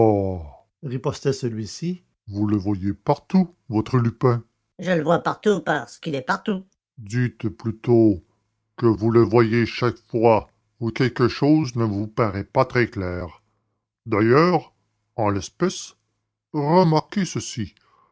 ripostait celui-ci vous le voyez partout votre lupin je le vois partout parce qu'il est partout dites plutôt que vous le voyez chaque fois où quelque chose ne vous paraît pas très clair d'ailleurs en l'espèce remarquez ceci